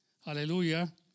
Aleluya